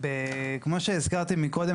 כמו שהזכרתי מקודם,